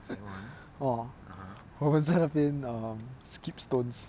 ah 我们在那边 um skip stones